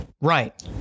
Right